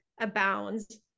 abounds